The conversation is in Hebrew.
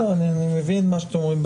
אני מבין מה אתם אומרים.